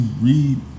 read